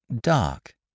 dark